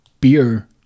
beer